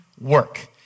work